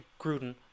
Gruden